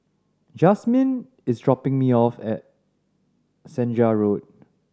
Jazmyn is dropping me off at Senja Road